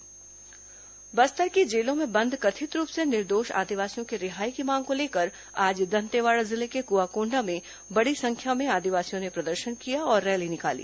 आदिवासी धरना प्रदर्शन बस्तर की जेलों में बंद कथित रूप से निर्दोष आदिवासियों की रिहाई की मांग को लेकर आज दंतेवाड़ा जिले के क्आकोंडा में बड़ी संख्या में आदिवासियों ने प्रदर्शन किया और रैली निकाली